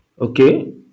Okay